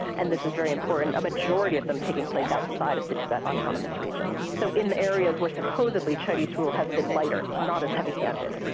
and this is very important, a majority of them taking place outside of the tibet autonomous region. so in areas where supposedly chinese rule has been lighter, not as heavy-handed,